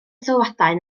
sylwadau